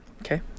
Okay